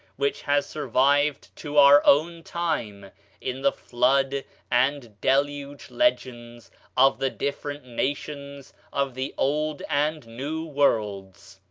which has survived to our own time in the flood and deluge legends of the different nations of the old and new worlds.